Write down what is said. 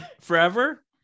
forever